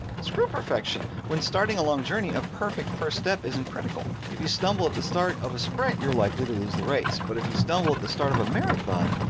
screw perfection when starting along. journey of perfect first step isn't critical. if you stumble at the start of a sprint, you're likely to lose the race, but if you stumble at the start of a marathon,